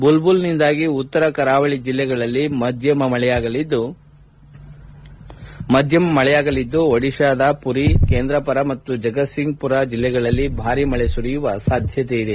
ಬುಲ್ಬುಲ್ನಿಂದಾಗಿ ಉತ್ತರ ಕರಾವಳಿ ಜಿಲ್ಲೆಗಳಲ್ಲಿ ಮಧ್ಯಮ ಮಳೆಯಾಗಲಿದ್ದು ಒಡಿಶಾದ ಪುರಿ ಕೇಂದ್ರಪಾರಾ ಮತ್ತು ಜಗತ್ವಿಂಗ್ ಪುರ ಜೆಲ್ಲೆಗಳಲ್ಲಿ ಭಾರಿ ಮಳೆ ಸುರಿಯುವ ಸಾಧ್ಯತೆ ಇದೆ